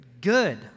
good